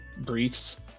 briefs